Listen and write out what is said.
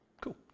Cool